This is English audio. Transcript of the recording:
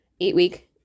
eight-week